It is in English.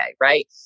Right